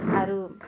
ଆରୁ